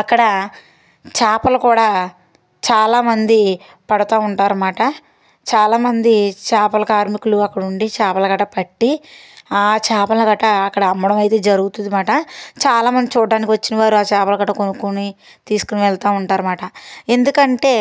అక్కడ చాపలు కూడా చాలామంది పడతా ఉంటారు అనమాట చాలామంది చాపల కార్మికులు అక్కడ ఉండి చాపల గట్ట పట్టి ఆ చాపల గట్ట అక్కడ అమ్మడం అయితే జరుగుతుందిమాట చాలా మంది చూడటానికి వచ్చిన వారు ఆ చాపల గట్ట కొనుక్కొని తీసుకుని వెళ్తూ ఉంటారు అనమాట ఎందుకంటే